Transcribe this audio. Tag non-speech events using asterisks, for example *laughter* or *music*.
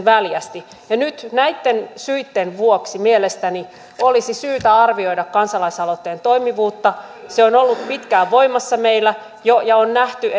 väljästi nyt näitten syitten vuoksi mielestäni olisi syytä arvioida kansalaisaloitteen toimivuutta se on ollut pitkään voimassa meillä jo ja on nähty *unintelligible*